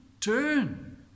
turn